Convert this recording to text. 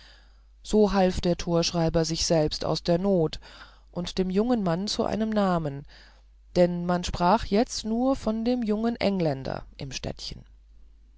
so half der torschreiber sich selbst aus der not und dem jungen mann zu einem namen denn man sprach jetzt nur von dem jungen engländer im städtchen